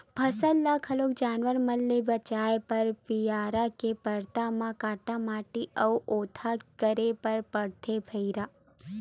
फसल ल घलोक जानवर मन ले बचाए बर बियारा के परदा म काटा माटी अउ ओधा करे बर परथे भइर